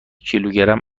کیلوگرم